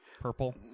Purple